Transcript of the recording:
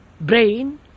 brain